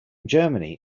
germany